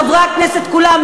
חברי הכנסת כולם,